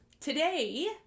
Today